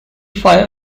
fire